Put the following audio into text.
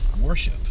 worship